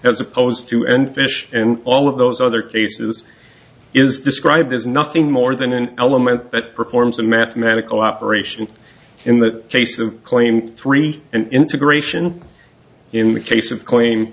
as opposed to end fish and all of those other cases is described as nothing more than an element that performs a mathematical operation in the case of claim three integration in the case of cl